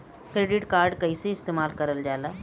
Credit card कईसे इस्तेमाल करल जाला?